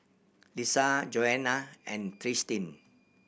Lissa Joanne and Tristin